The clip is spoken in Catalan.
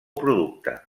producte